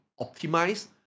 optimize